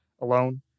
alone